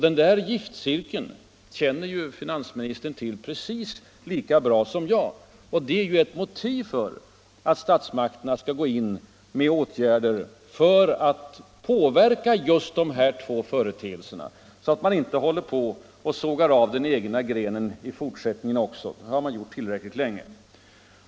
Den giftcirkeln känner finansministern till precis lika bra som jag. Statsmakterna måste gå in med åtgärder för att påverka just dessa företeelser, så att man inte sågar av den egna grenen i fortsättningen också. Det har man gjort tillräckligt länge.